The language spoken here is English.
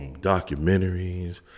documentaries